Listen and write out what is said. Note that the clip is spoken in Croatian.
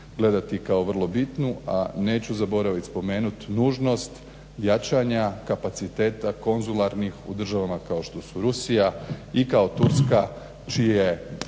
gledati kao vrlo bitnu, a neću zaboraviti spomenuti nužnost jačanja kapaciteta konzularnih u državama kao što su Rusija i kao Turska čiji